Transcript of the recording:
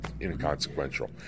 inconsequential